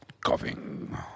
Coughing